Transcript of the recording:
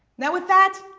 now with that,